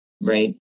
right